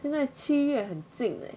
现在七月很静 leh